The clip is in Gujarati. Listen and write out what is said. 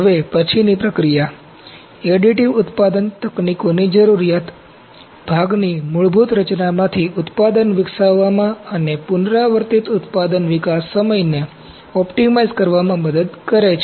હવે પછીની પ્રક્રિયા એડિટિવ ઉત્પાદન તકનીકોની જરૂરિયાત ભાગની મૂળભૂત રચનામાંથી ઉત્પાદન વિકસાવવામાં અને પુનરાવર્તિત ઉત્પાદન વિકાસ સમયને ઑપ્ટિમાઇઝ કરવામાં મદદ કરે છે